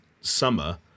summer